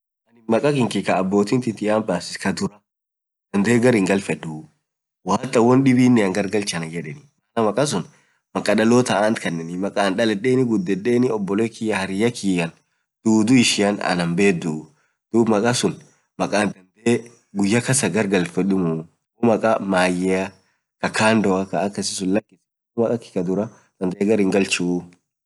makka kinkiy kaa abotin tiyy ant basiit dandee gar hingalfedu woo hataa woandibinean gargalch anann yedenii.makka suun maka dalotaa ant kanenii gudedenii hariyaatiy kulin beduu duub makka suun makka guyya kasaa gargarfeduu muu, makka kandoa dandee gar hingalchuu.